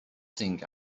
think